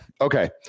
Okay